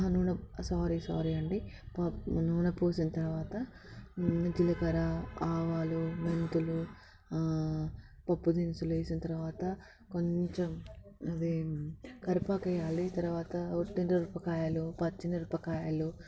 అహ నూనె sorry sorry అండి నూనె పోసిన తర్వాత జీలకర్ర ఆవాలు మెంతులు పప్పు దినుసులు వేసిన తర్వాత కొంచెం అది కరివేపాకు వేయాలి తర్వాత ఒట్టి మిరపకాయలు పచ్చిమిరపకాయలు